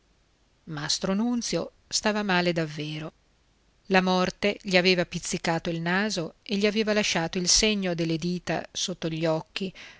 nunzio stava male davvero la morte gli aveva pizzicato il naso e gli aveva lasciato il segno delle dita sotto gli occhi